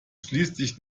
schließlich